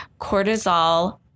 cortisol